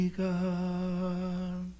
god